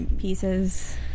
pieces